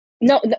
No